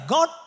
God